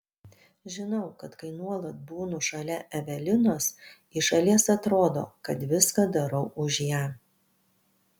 žinau kad kai nuolat būnu šalia evelinos iš šalies atrodo kad viską darau už ją